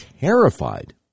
terrified